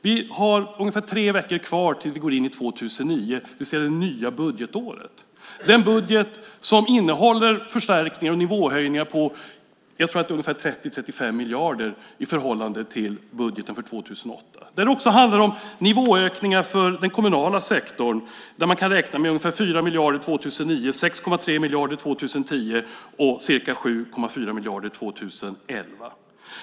Vi har ungefär tre veckor kvar tills vi går in i 2009, det vill säga det nya budgetåret då vi får en budget som innehåller förstärkningar och nivåhöjningar på jag tror att det är 30-35 miljarder i förhållande till budgeten för 2008. Det handlar också om nivåökningar för den kommunala sektorn där man kan räkna med ungefär 4 miljarder 2009, 6,3 miljarder 2010 och ca 7,4 miljarder 2011.